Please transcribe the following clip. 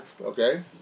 Okay